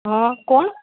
હ કોણ